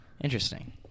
Interesting